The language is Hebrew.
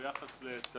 ביחס לתלמיד.